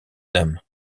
nam